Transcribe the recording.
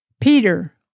Peter